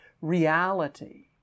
reality